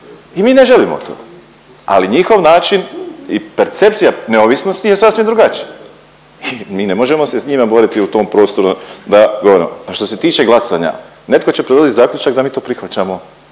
i mi ne želimo to, ali njihov način i percepcija neovisnosti je sasvim drugačija i mi ne možemo se s njima boriti u tom prostoru da govorimo. A što se tiče glasanja, netko će …/Govornik se ne razumije./…zaključak da mi to prihvaćamo